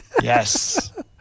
Yes